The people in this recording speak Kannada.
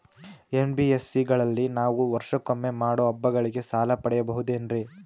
ಎನ್.ಬಿ.ಎಸ್.ಸಿ ಗಳಲ್ಲಿ ನಾವು ವರ್ಷಕೊಮ್ಮೆ ಮಾಡೋ ಹಬ್ಬಗಳಿಗೆ ಸಾಲ ಪಡೆಯಬಹುದೇನ್ರಿ?